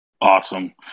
awesome